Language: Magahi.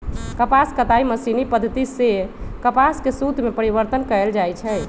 कपास कताई मशीनी पद्धति सेए कपास के सुत में परिवर्तन कएल जाइ छइ